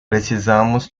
precisamos